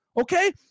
okay